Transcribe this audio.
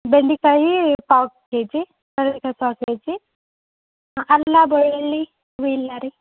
ಬೆಂಡೆಕಾಯಿ ಪಾವ್ K G ಚೌಳಿಕಾಯಿ ಪಾವ್ ಕೆ ಜಿ ಅಲ್ಲ ಬೆಳ್ಳುಳ್ಳಿ ಇವು ಇಲ್ಲ ರೀ